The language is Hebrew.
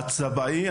הצבעי,